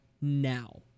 now